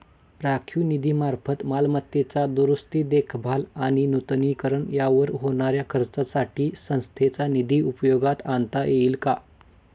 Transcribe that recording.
राखीव निधीमार्फत मालमत्तेची दुरुस्ती, देखभाल आणि नूतनीकरण यावर होणाऱ्या खर्चासाठी संस्थेचा निधी उपयोगात आणता येईल का?